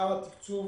בשאר התקצוב